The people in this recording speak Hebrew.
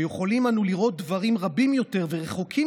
שיכולים אנו לראות דברים רבים יותר ורחוקים